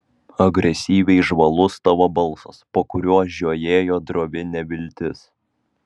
agresyviai žvalus tavo balsas po kuriuo žiojėjo drovi neviltis